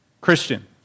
Christian